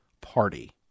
party